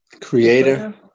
Creator